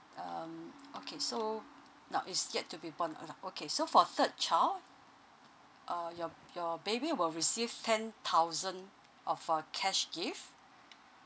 um okay so now it's yet to be born o~ lah okay so for third child uh your your baby will receive ten thousand of a cash gift